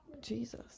Jesus